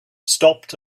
stopped